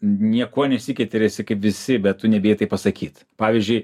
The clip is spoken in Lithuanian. niekuo nesikeitė ir esi kaip visi bet tu nebijai tai pasakyt pavyzdžiui